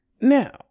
Now